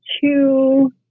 two